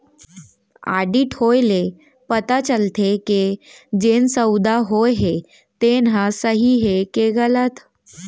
audit होए ले पता चलथे के जेन सउदा होए हे तेन ह सही हे के गलत